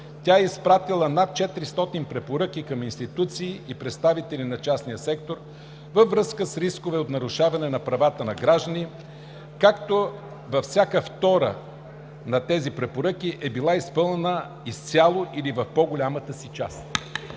е изпратила над 400 препоръки към институции и представители на частния сектор във връзка с рискове от нарушаване на права на граждани, като всяка втора от тези препоръки е била изпълнена изцяло или в по-голямата си част.